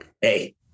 hey